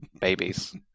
babies